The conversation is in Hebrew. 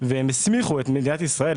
והסמיכו את מדינת ישראל,